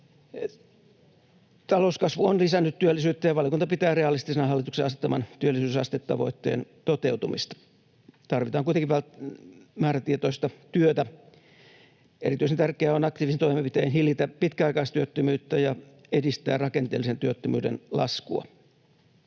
Talouskasvu on lisännyt työllisyyttä, ja valiokunta pitää realistisena hallituksen asettaman työllisyysastetavoitteen toteutumista. Tarvitaan kuitenkin määrätietoista työtä. Erityisen tärkeää on aktiivisin toimenpitein hillitä pitkäaikaistyöttömyyttä ja edistää rakenteellisen työttömyyden laskua.